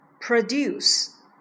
produce